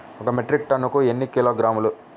ఒక మెట్రిక్ టన్నుకు ఎన్ని కిలోగ్రాములు?